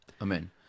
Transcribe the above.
Amen